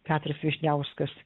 petras vyšniauskas